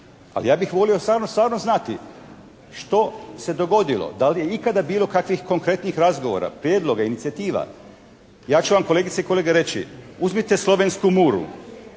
ali ja bih volio stvarno znati što se dogodilo, da li je ikada bilo kakvih konkretnijih razgovora, prijedloga, inicijativa. Ja ću vam, kolegice i kolege, reći. Uzmite slovensku "Muru",